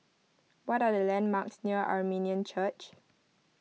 what are the landmarks near Armenian Church